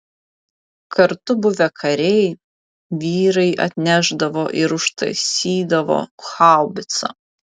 kartu buvę kariai vyrai atnešdavo ir užtaisydavo haubicą